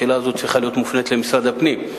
השאלה הזאת צריכה להיות מופנית אל משרד הפנים.